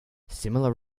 similar